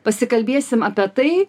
pasikalbėsim apie tai